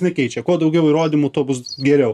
nekeičia kuo daugiau įrodymų tuo bus geriau